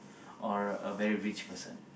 or a very rich person